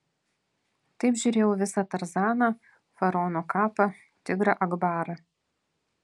taip žiūrėjau visą tarzaną faraono kapą tigrą akbarą